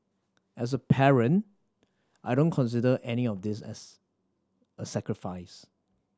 as a parent I don't consider any of this S a sacrifice